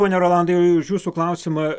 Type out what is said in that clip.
pone rolandai už jūsų klausimą